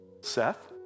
Seth